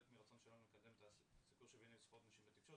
מרצון שלנו לקדם את זכויות נשים בתקשורת,